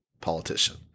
politician